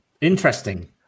interesting